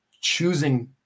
choosing